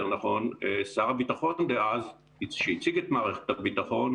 שר הביטחון דאז שהציג את מערכת הביטחון,